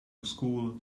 school